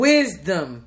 Wisdom